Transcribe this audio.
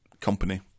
company